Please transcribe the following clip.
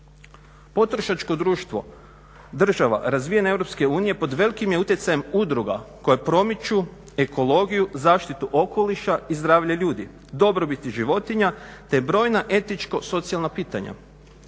Potrošačko društvo, država, razvijanje Europske unije pod velikim je utjecajem udruga koje promiču ekologiju, zaštitu okoliša i zdravlje ljudi, dobrobiti životinja te brojna etičko socijalna pitanja.